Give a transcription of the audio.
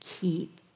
Keep